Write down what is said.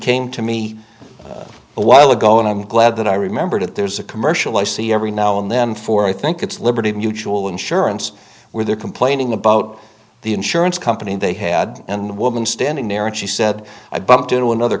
came to me a while ago and i'm glad that i remember that there's a commercial i see every now and then for i think it's liberty mutual insurance where they're complaining about the insurance company they had and woman standing there and she said i bumped into another